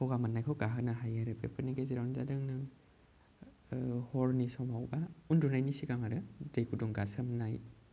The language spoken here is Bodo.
गगा मोननायखौ गाहोनो हायो आरो बेफोरनि गेजेरावनो जादों हरनि समाव बा उनदुनायनि सिगां आरो दै गुदुं गासोमनाय